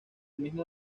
mismo